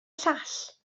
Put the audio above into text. llall